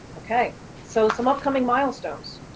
okay, so some upcoming milestones.